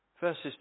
Verses